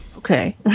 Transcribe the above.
Okay